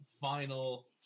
final